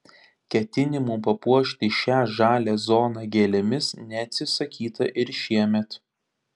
ketinimų papuošti šią žalią zoną gėlėmis neatsisakyta ir šiemet